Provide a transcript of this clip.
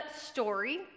story